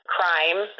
crime